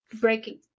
breaking